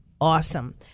awesome